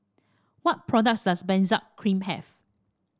what products does Benzac Cream have